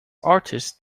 artist